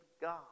God